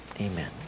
Amen